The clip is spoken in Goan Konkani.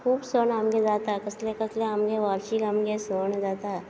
खूब सण आमगे जाता कसले कसले आमगे वार्शीक आमगे सण जाता